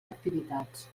activitats